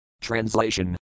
TRANSLATION